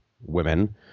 women